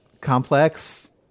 complex